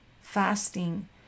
fasting